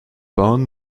bound